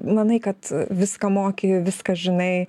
manai kad viską moki viską žinai